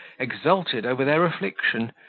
exulted over their affliction,